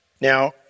Now